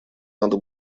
надо